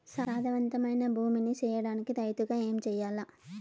సారవంతమైన భూమి నీ సేయడానికి రైతుగా ఏమి చెయల్ల?